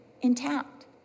intact